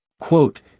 Quote